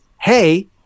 hey